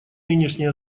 нынешнее